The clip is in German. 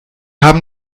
haben